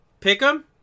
Pick'em